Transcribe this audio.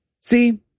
See